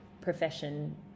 profession